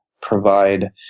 provide